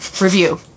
Review